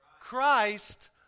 Christ